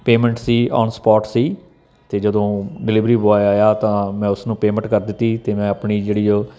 payment ਸੀ on spot ਸੀ ਅਤੇ ਜਦੋਂ ਡਿਲੀਵਰੀ ਬੋਆਏ ਆਇਆ ਤਾਂ ਮੈਂ ਉਸਨੂੰ ਪੇਮੈਂਟ ਕਰ ਦਿੱਤੀ ਅਤੇ ਮੈਂ ਆਪਣੀ ਜਿਹੜੀ ਉਹ